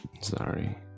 Sorry